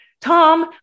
Tom